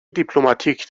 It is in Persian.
دیپلماتیک